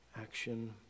action